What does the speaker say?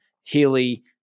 Healy